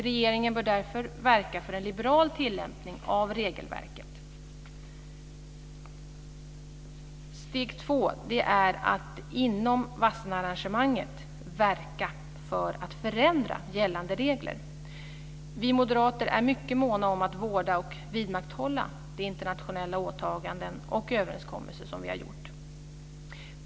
Regeringen bör därför verka för en liberal tillämpning av regelverket. Steg två är att inom Wassenaararrangemanget verka för att förändra gällande regler. Vi moderater är mycket måna om att vårda och vidmakthålla de internationella åtaganden och överenskommelser som vi har gjort.